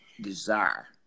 desire